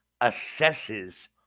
assesses